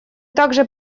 также